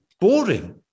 boring